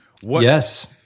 Yes